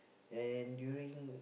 and during